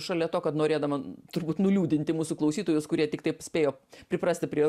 šalia to kad norėdama turbūt nuliūdinti mūsų klausytojus kurie tiktai spėjo priprasti prie